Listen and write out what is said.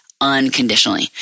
unconditionally